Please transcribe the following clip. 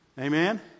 Amen